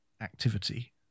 Activity